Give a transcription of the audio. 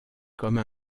comme